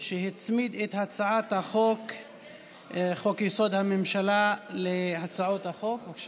שהצמיד את הצעת חוק-יסוד: הממשלה, להצעות החוק.